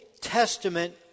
Testament